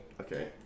Okay